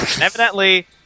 Evidently